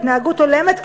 התנהגות הולמת,